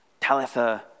Talitha